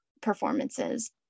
performances